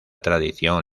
tradición